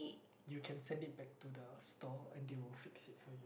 you can send it back to store and they will fix it for you